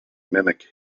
mimic